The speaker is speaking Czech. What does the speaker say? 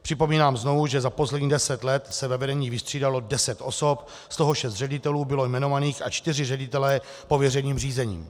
Připomínám znovu, že za posledních deset let se ve vedení vystřídalo deset osob, z toho šest ředitelů bylo jmenovaných a čtyři ředitelé pověřeni řízením.